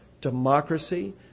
democracy